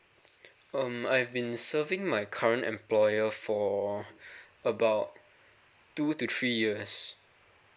um I've been serving my current employer for about two to three years